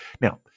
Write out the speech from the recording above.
now